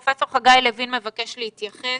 פרופ' חגי לוין מבקש להתייחס.